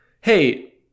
Hey